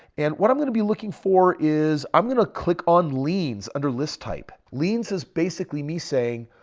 and what i'm going to be looking for is i'm going to click on leans under list type. lean says basically me saying,